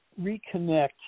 reconnect